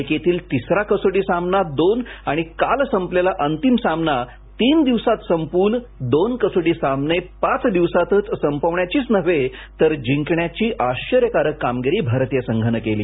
मालिकेतील तिसरा कसोटी सामना दोन आणि काल संपलेला अंतिम सामना तीन दिवसांत संपवून दोन कसोटी सामने पाच दिवसांतच संपवण्याचीच नव्हे तर ते जिंकण्याची आश्वर्यकारक कामगिरी भारतीय संघाने केली